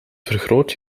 vergroot